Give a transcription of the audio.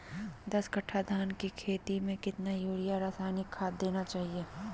दस कट्टा धान की खेती में कितना यूरिया रासायनिक खाद देना चाहिए?